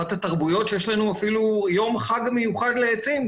אחת התרבויות שיש לנו אפילו יום חג מיוחד לעצים,